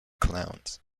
clowns